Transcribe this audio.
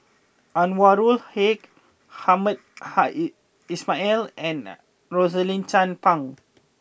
Anwarul Haque Hamed hi Ismail and Rosaline Chan Pang